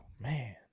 Man